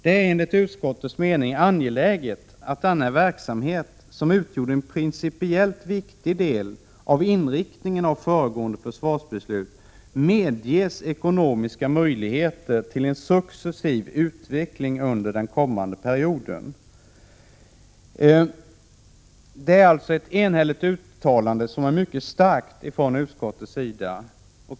Det är enligt utskottets mening | angeläget att denna verksamhet, som utgjorde en principiellt viktig del av inriktningen i föregående försvarsbeslut, medges ekonomiska möjligheter till en successiv utveckling under den kommande perioden.” Det är alltså ett enhälligt uttalande från utskottets sida.